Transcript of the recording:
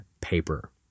paper